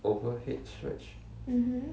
mmhmm